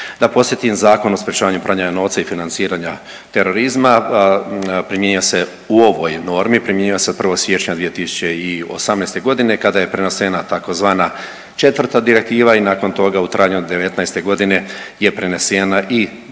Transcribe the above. Da podsjetim Zakon o sprječavanju pranja novca i financiranja terorizma primjenjuje se u ovoj normi, primjenjuje se od 1. siječnja 2018.g. kada je prenesena tzv. 4. direktiva i nakon toga u trajanju '19.g. je prenesena i